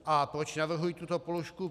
A proč navrhuji tuto položku?